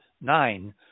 nine